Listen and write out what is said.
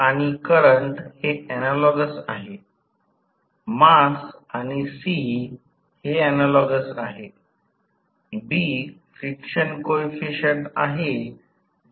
आता यांत्रिक उर्जा उत्पादन जे Pm PG ची एकूण उर्जा आहे जी हवेच्या अंतरांमधील शक्ती आहे रोटर कॉपर लॉस जे यांत्रिक उर्जा आउटपुट असेल